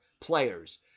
players